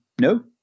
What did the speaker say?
no